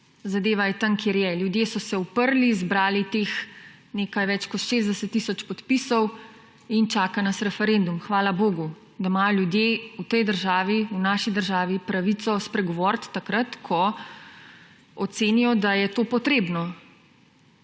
zadeva je tam, kjer je: ljudje so se uprli, zbrali teh nekaj več kot 60 tisoč podpisov in čaka nas referendum. Hvala bogu, da imajo ljudje v tej državi, v naši državi pravico spregovoriti takrat, ko ocenijo, da je to potrebno!